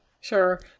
sure